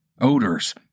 odors